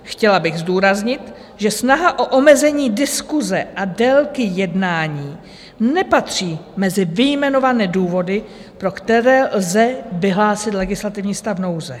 Chtěla bych zdůraznit, že snaha o omezení diskuse a délky jednání nepatří mezi vyjmenované důvody, pro které lze vyhlásit legislativní stav nouze.